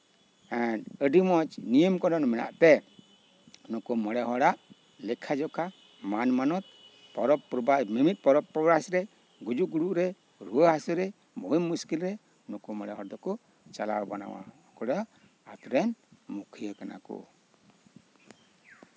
ᱟᱹᱰᱤ ᱢᱚᱸᱡᱽ ᱱᱤᱭᱚᱢ ᱠᱟᱹᱱᱩᱱ ᱢᱮᱱᱟᱜᱛᱮ ᱱᱩᱠᱩ ᱢᱚᱬᱮ ᱦᱚᱲᱟᱜ ᱞᱮᱠᱷᱟ ᱡᱚᱠᱷᱟ ᱢᱟᱹᱱ ᱢᱟᱱᱚᱛ ᱯᱚᱨᱚᱵᱽ ᱯᱚᱨᱵᱷᱟᱥᱨᱮ ᱢᱤᱢᱤᱫ ᱯᱚᱨᱚᱵᱟᱥ ᱨᱮ ᱜᱩᱡᱩᱜ ᱜᱩᱨᱩᱜᱨᱮ ᱨᱩᱣᱟᱹ ᱦᱟᱹᱥᱩᱨᱮ ᱢᱚᱬᱮ ᱦᱚᱲ ᱫᱚᱠᱚ ᱪᱟᱞᱟᱣ ᱵᱟᱱᱟᱣᱟ ᱱᱩᱠᱩ ᱜᱮ ᱟᱹᱛᱩᱨᱮᱱ ᱢᱩᱠᱷᱤᱭᱟᱹ ᱠᱟᱱᱟ ᱠᱚ